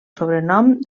sobrenom